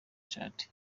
tchad